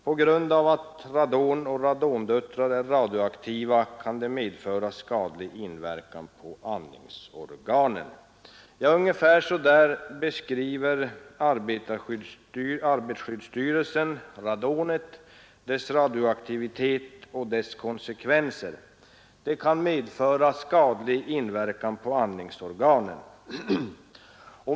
På grund av att radon och radondöttrar är radioaktiva kan de ha skadlig inverkan på andningsorganen. Ja, ungefär så beskriver arbetarskyddsstyrelsen radonet, dess radioaktivitet och dess konsekvenser: det kan ha skadlig inverkan på andningsorganen.